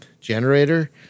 generator